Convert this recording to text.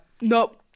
nope